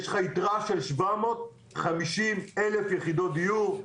יש לך יתרה של 750,000 יחידות דיור.